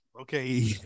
Okay